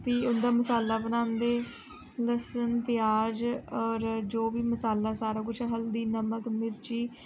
फ्ही उं'दा मसाला बनांदे लहसून प्याज होर जो बी मसाला सारा कुछ हल्दी नमक मिर्ची